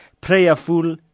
prayerful